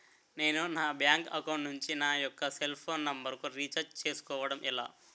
నేను నా bank account నుంచి నా యెక్క సెల్ ఫోన్ నంబర్ కు రీఛార్జ్ చేసుకోవడం ఎలా?